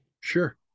Sure